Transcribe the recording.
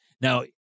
Now